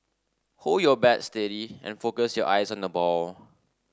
hold your bat steady and focus your eyes on the ball